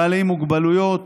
בעלי מוגבלויות